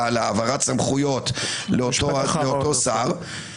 על העברת סמכויות לאותו שר -- משפט אחרון.